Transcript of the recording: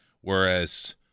whereas